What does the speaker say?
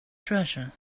treasure